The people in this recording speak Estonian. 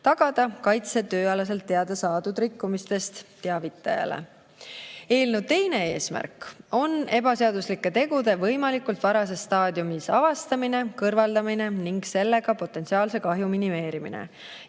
tagada tööalase tegevusega teatavaks saadud rikkumisest teavitaja kaitse. Eelnõu teine eesmärk on ebaseaduslike tegude võimalikult varases staadiumis avastamine, kõrvaldamine ning sellega potentsiaalse kahju minimeerimine.